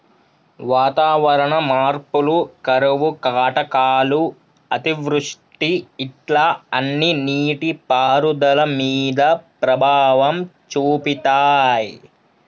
వాతావరణ మార్పులు కరువు కాటకాలు అతివృష్టి ఇట్లా అన్ని నీటి పారుదల మీద ప్రభావం చూపితాయ్